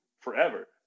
forever